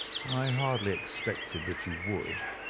i hardly expected that you would.